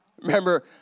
Remember